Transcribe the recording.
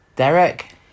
Derek